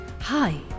Hi